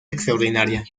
extraordinaria